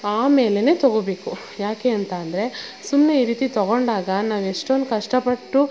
ಆಮೇಲೆನೆ ತಗೋಬೇಕು ಯಾಕೆ ಅಂತ ಅಂದರೆ ಸುಮ್ಮನೆ ಈ ರೀತಿ ತಗೊಂಡಾಗ ನಾವೆಷ್ಟೊಂದು ಕಷ್ಟ ಪಟ್ಟು